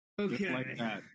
okay